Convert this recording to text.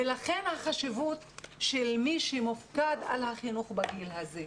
לכן החשיבות של מי שמופקד על החינוך בגיל הזה.